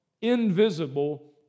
invisible